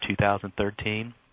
2013